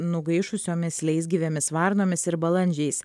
nugaišusiomis leisgyvėmis varnomis ir balandžiais